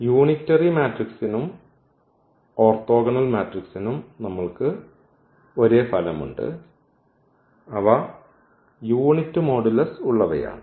unitary മാട്രിക്സിനും orthogonal മാട്രിക്സിനും നമ്മൾക്ക് ഒരേ ഫലം ഉണ്ട് അവ യൂണിറ്റ് മോഡുലസ് ഉള്ളവയാണ്